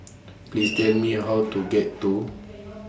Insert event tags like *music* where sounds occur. *noise* Please Tell Me How to get to